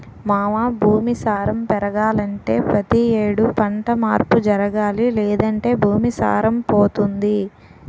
మావా భూమి సారం పెరగాలంటే పతి యేడు పంట మార్పు జరగాలి లేదంటే భూమి సారం పోతుంది